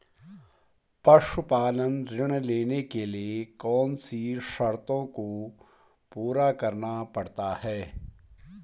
पशुपालन ऋण लेने के लिए कौन सी शर्तों को पूरा करना पड़ता है?